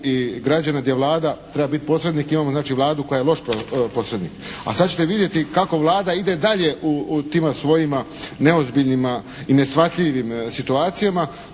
i građana gdje Vlada treba biti posrednik, imamo znači Vladu koja je loš posrednik. A sad ćete vidjeti kako Vlada ide dalje u tima svojima neozbiljnima i neshvatljivim situacijama.